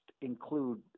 include